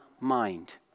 mind